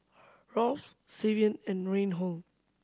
Rolf Savion and Reinhold